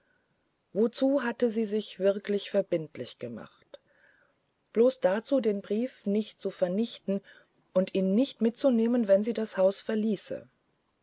gewzungen hatte auf sich zu nehmen insgedächtniszurückzurufen wozuhattesiesichwirklichverbindlichgemacht bloß dazu den brief nicht zu vernichten und ihn nicht mitzunehmen wenn sie das hausverließe